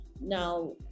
now